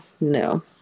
no